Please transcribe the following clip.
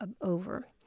over